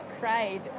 cried